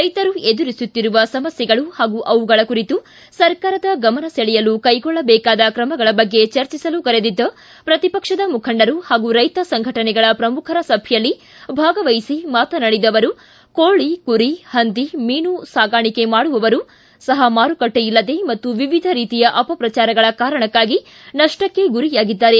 ರೈತರು ಎದುರಿಸುತ್ತಿರುವ ಸಮಸ್ಥೆಗಳು ಹಾಗೂ ಅವುಗಳ ಕುರಿತು ಸರ್ಕಾರದ ಗಮನ ಸೆಳೆಯಲು ಕೈಗೊಳ್ಳಬೇಕಾದ ಕ್ರಮಗಳ ಬಗ್ಗೆ ಚರ್ಚಿಸಲು ಕರೆದಿದ್ದ ವಿರೋಧ ಪಕ್ಷದ ಮುಖಂಡರು ಹಾಗೂ ರೈತ ಸಂಘಟನೆಗಳ ಪ್ರಮುಖರ ಸಭೆಯಲ್ಲಿ ಭಾಗವಹಿಸಿ ಮಾತನಾಡಿದ ಅವರು ಕೋಳಿ ಕುರಿ ಪಂದಿ ಮೀನು ಸಾಕಾಣಿಕೆ ಮಾಡುವವರೂ ಸಹ ಮಾರುಕಟ್ಟೆಯಿಲ್ಲದೆ ಮತ್ತು ವಿವಿಧ ರೀತಿಯ ಅಪಪ್ರಚಾರಗಳ ಕಾರಣಕ್ಕಾಗಿ ನಷ್ಷಕ್ಕೆ ಗುರಿಯಾಗಿದ್ದಾರೆ